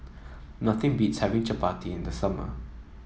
nothing beats having Chapati in the summer